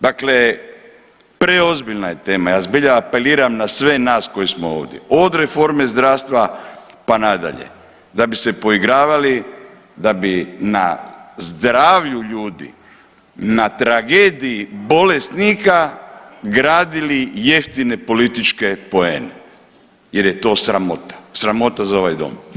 Dakle, preozbiljna je tema ja zbilja apeliram na sve nas koji smo ovdje od reforme zdravstva pa nadalje, da bi se poigravali, da bi na zdravlju ljudi na tragediji bolesnika gradili jeftine političke poene jer je to sramota, sramota za ovaj dom.